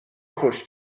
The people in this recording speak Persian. خوش